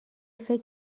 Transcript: فکر